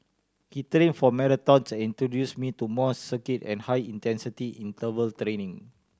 he trill for marathons and introduced me to more circuit and high intensity interval trilling